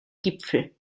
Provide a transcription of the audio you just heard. gipfel